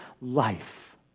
life